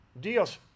Dios